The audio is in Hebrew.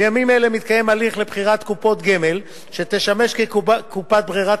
בימים אלה מתקיים הליך לבחירת קופת גמל שתשמש כקופת ברירת